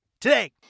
today